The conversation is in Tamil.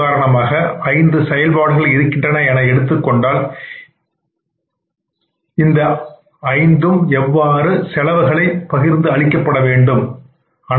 உதாரணமாக ஐந்து செயல்பாடுகள் இருக்கின்றன என எடுத்துக்கொண்டால் இந்த ஐந்துக்கும் எவ்வாறு இருக்கின்ற செலவுகள் பகிர்ந்து அளிக்கப்படுகின்றன